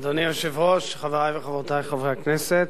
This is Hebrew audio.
אדוני היושב-ראש, חברי וחברותי חברי הכנסת,